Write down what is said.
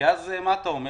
כי אז מה אתה אומר?